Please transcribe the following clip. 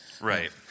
Right